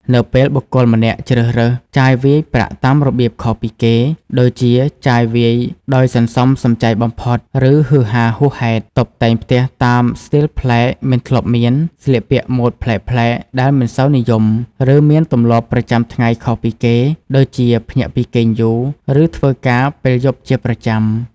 នៅពេលបុគ្គលម្នាក់ជ្រើសរើស ចាយវាយប្រាក់តាមរបៀបខុសពីគេ ដូចជាចាយវាយដោយសន្សំសំចៃបំផុត ឬហ៊ឺហាហួសហេតុ, តុបតែងផ្ទះតាមស្ទីលប្លែកមិនធ្លាប់មាន, ស្លៀកពាក់ម៉ូដប្លែកៗដែលមិនសូវនិយម, ឬមានទម្លាប់ប្រចាំថ្ងៃខុសពីគេ ដូចជាភ្ញាក់ពីគេងយូរ ឬធ្វើការពេលយប់ជាប្រចាំ។